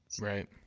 right